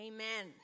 Amen